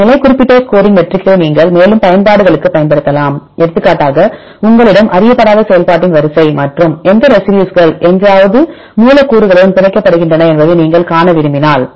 இந்த நிலை குறிப்பிட்ட ஸ்கோரிங் மெட்ரிக்குகளை நீங்கள் மேலும் பயன்பாடுகளுக்குப் பயன்படுத்தலாம் எடுத்துக்காட்டாக உங்களிடம் அறியப்படாத செயல்பாட்டின் வரிசை மற்றும் எந்த ரெசிடியூஸ்கள் எங்காவது மூலக்கூறுகளுடன் பிணைக்கப்படுகின்றன என்பதை நீங்கள் காண விரும்பினால்